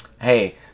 Hey